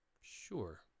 Sure